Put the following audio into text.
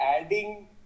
adding